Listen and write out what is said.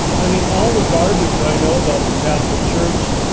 i mean, all the garbage i know about the catholic church,